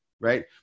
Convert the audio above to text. right